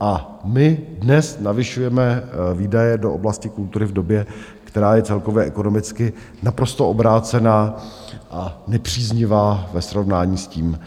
A my dnes navyšujeme výdaje do oblasti kultury v době, která je celkově ekonomicky naprosto obrácená a nepříznivá ve srovnání s tím,